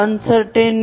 pressure क्या है